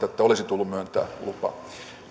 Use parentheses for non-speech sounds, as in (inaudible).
(unintelligible) että olisi tullut myöntää lupa